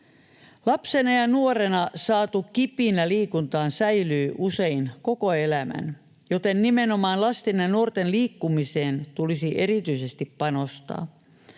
Lapsena ja nuorena saatu kipinä liikuntaan säilyy usein koko elämän, joten nimenomaan lasten ja nuorten liikkumiseen tulisi erityisesti panostaa.